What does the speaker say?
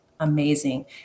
amazing